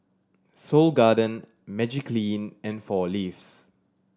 Seoul Garden Magiclean and Four Leaves